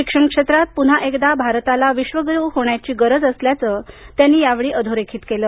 शिक्षण क्षेत्रात पुन्हा एकदा भारताला विश्वगुरू होण्याची गरज असल्याचं त्यांनी या वेळी अधोरेखित केलं